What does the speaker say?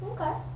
Okay